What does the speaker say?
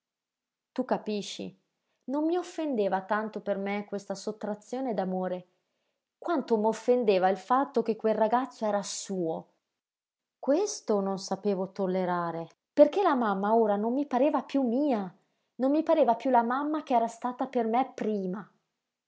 tu capisci non mi offendeva tanto per me questa sottrazione d'amore quanto m'offendeva il fatto che quel ragazzo era suo questo non sapevo tollerare perché la mamma ora non mi pareva piú mia non mi pareva piú la mamma ch'era stata per me prima